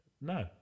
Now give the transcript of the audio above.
no